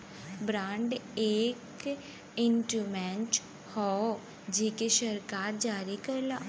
bond एक instrument हौ जेके सरकार जारी करला